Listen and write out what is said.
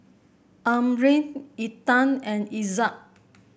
Amrin Intan and Izzat